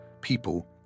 people